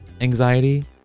anxiety